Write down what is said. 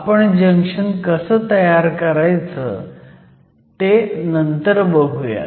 आपण जंक्शन कसं तयार करायचचं ते नंतर बघुयात